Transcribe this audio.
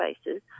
spaces